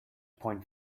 point